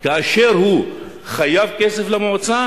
כאשר הוא חייב כסף למועצה